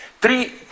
Three